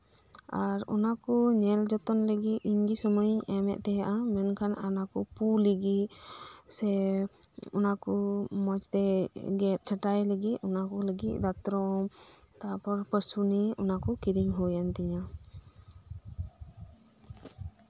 ᱟᱨ ᱚᱱᱟ ᱠᱚ ᱧᱮᱞ ᱡᱚᱛᱚᱱ ᱞᱟᱹᱜᱤᱫ ᱤᱧ ᱜᱮ ᱥᱳᱢᱳᱭᱤᱧ ᱮᱢᱮᱫ ᱛᱟᱦᱮᱸᱫ ᱢᱮᱱᱠᱷᱟᱱ ᱚᱱᱟᱠᱚ ᱯᱳᱭ ᱞᱟᱹᱜᱤᱫ ᱥᱮ ᱚᱱᱟ ᱠᱚ ᱢᱚᱸᱡᱽ ᱛᱮ ᱜᱮᱫ ᱪᱷᱟᱸᱴᱟᱭ ᱞᱟᱹᱜᱤᱫ ᱚᱱᱟᱠᱚ ᱞᱟᱜᱤᱫ ᱫᱟᱛᱨᱚᱢ ᱛᱟᱨᱯᱚᱨ ᱯᱟᱥᱩᱱᱤ ᱚᱱᱟ ᱠᱚ ᱠᱤᱨᱤᱧ ᱦᱳᱭᱮᱱ ᱛᱤᱧᱟᱹ